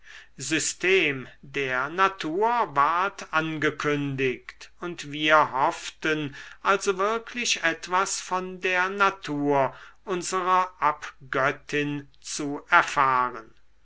system der natur ward angekündigt und wir hofften also wirklich etwas von der natur unserer abgöttin zu erfahren